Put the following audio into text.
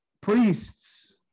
priests